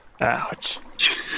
Ouch